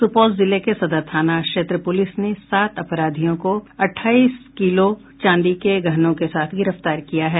सुपौल जिले के सदर थाना क्षेत्र पुलिस ने सात अपराधियों को अट्ठाई किलो चांदी के गहनों के साथ गिरफ्तार किया है